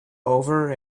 over